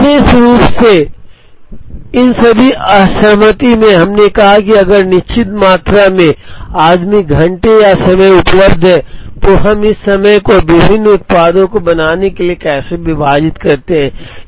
विशेष रूप से इन सभी असहमति में हमने कहा कि अगर एक निश्चित मात्रा में आदमी घंटे या समय उपलब्ध है तो हम इस समय को विभिन्न उत्पादों को बनाने के लिए कैसे विभाजित करते हैं